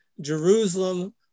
Jerusalem